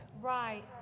Right